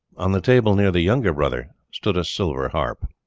on the table near the younger brother stood a silver harp.